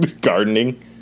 gardening